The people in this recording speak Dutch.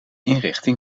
inrichting